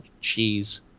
cheese